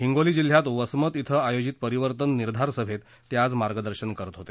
हिंगोली जिल्ह्यात वसमत िक्षे आयोजित परिवर्तन निर्धार सभेत ते आज मार्गदर्शन करत होते